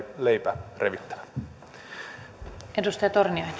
leipä revittävä